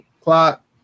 clock